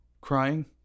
crying